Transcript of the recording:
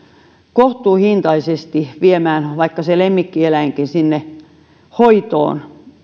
kohtuuhintaisesti viemään vaikka se lemmikkieläinkin hoitoon